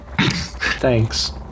Thanks